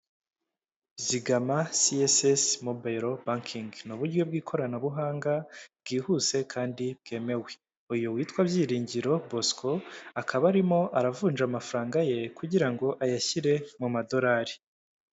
Zigama CSS mobayiro bankingi, ni uburyo bw'ikoranabuhanga bwihuse kandi bwemewe, uyu witwa Byiringiro Bosco, akaba arimo aravunja amafaranga ye kugira ngo ayashyire mu madorari.